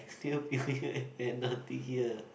still behind you and penalty here